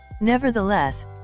Nevertheless